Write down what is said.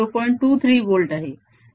23 volt आहे